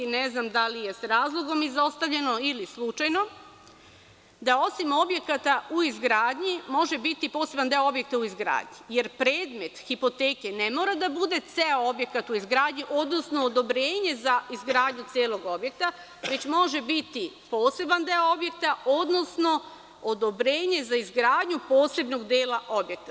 Ne znam da li je sa razlogom izostavljeno ili slučajno to da osim objekata u izgradnji može biti poseban deo objekta u izgradnji, jer predmet hipoteke ne mora da bude ceo objekat u izgradnji, odnosno odobrenje za izgradnju celog objekta, već može biti poseban deo objekta, odnosno odobrenje za izgradnju posebnog dela objekta.